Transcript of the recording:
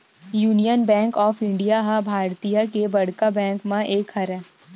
union bank of India ह भारतीय के बड़का बेंक मन म एक हरय